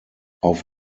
auf